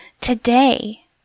Today